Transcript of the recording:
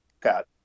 got